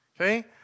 Okay